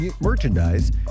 merchandise